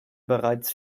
bereits